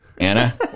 Anna